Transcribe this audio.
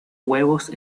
huevos